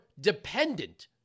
dependent